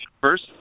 First